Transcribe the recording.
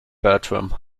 bertram